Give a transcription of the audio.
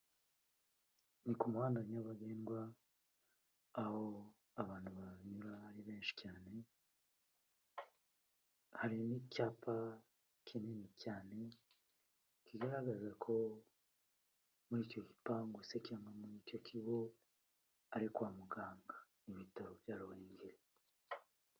Ni ku muhanda nyabagendwa, aho abantu banyura ari benshi cyane, hari n'icyapa kinini cyane kigaragaza ko muri icyo gipangu se cyangwa muri icyo kigo ari kwa muganga, ibitaro bya Rubangeri.